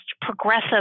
progressive